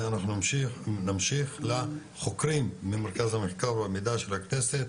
ואנחנו נמשיך לחוקרים ממרכז המחקר והמידע של הכנסת,